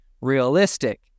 realistic